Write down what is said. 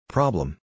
Problem